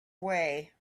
way